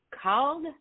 called